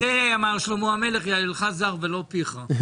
על זה אמר שלמה המלך "יהללך זר ולא פיך".